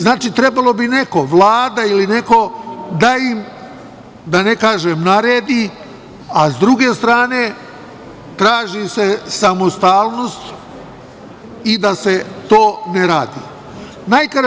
Znači, trebalo bi neko, Vlada ili neko da im, da ne kažem naredi, a s druge strane traži se samostalnost i da se to ne radi.